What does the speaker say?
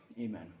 Amen